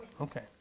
okay